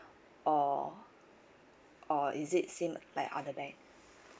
or or is it same llike other bank